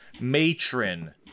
Matron